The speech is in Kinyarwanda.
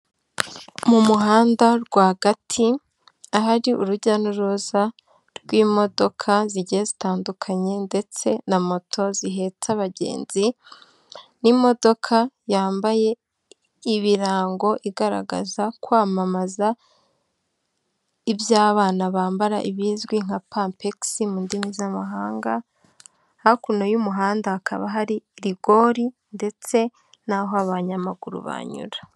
Mu muhanda rwagati ahari urujya n'uruza rw'imodoka zigiye zitandukanye ndetse na moto zihetse abagenzi n'imodoka yambaye ibirango igaragaza kwamamaza iby'abana bambara bizwi nka pampex mu ndimi z'amahanga. Hakuno y'umuhanda hakaba hari rigori ndetse n'aho abanyamaguru banyura.